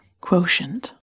quotient